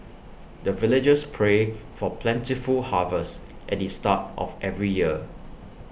the villagers pray for plentiful harvest at the start of every year